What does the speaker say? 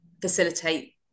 facilitate